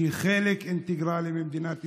שהיא חלק אינטגרלי ממדינת ישראל,